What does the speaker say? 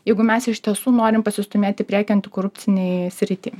jeigu mes iš tiesų norim pasistūmėt į priekį antikorupcinėj srity